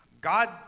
God